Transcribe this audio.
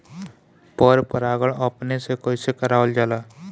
पर परागण अपने से कइसे करावल जाला?